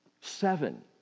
Seven